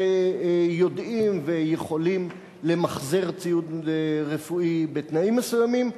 שיודעים ויכולים למחזר ציוד רפואי בתנאים מסוימים.